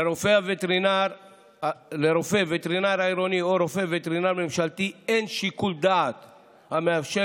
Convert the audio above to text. לרופא וטרינר עירוני או רופא וטרינר ממשלתי אין שיקול דעת המאפשר